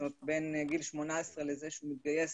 גיל 18 לזמן שהוא מתגייס.